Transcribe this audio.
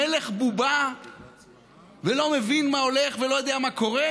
מלך-בובה ולא מבין מה הולך ולא יודע מה קורה?